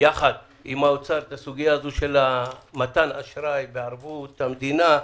יחד עם האוצר את הסוגיה הזאת של מתן אשראי וערבות המדינה.